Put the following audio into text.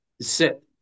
set